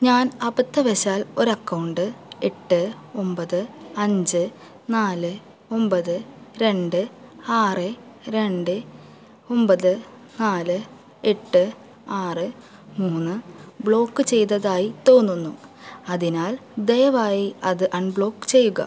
ഞാൻ അബദ്ധവശാൽ ഒരു അക്കൗണ്ട് എട്ട് ഒമ്പത് അഞ്ച് നാല് ഒമ്പത് രണ്ട് ആറ് രണ്ട് ഒമ്പത് നാല് എട്ട് ആറ് മൂന്ന് ബ്ലോക്ക് ചെയ്തതായി തോന്നുന്നു അതിനാൽ ദയവായി അത് അൺബ്ലോക്ക് ചെയ്യുക